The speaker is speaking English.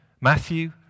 Matthew